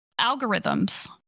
algorithms